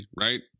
right